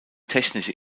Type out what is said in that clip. technische